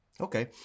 Okay